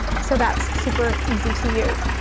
so that's super easy to use.